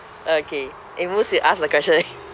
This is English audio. okay amus you ask the question